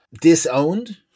disowned